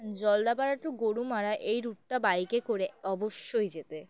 Jaldapara to Gorumara এই রুটটা বাইকে করে অবশ্যই যেতে